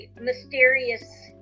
mysterious